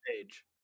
page